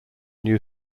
new